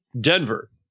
Denver